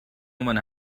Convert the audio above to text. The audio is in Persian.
عنوان